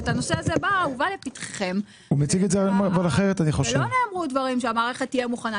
הנושא הזה הובא לפתחכם ולא נאמר שהמערכת תהיה מוכנה.